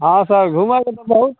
हूँ सर घुमऽ ले तऽ बहुत